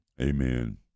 Amen